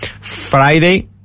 Friday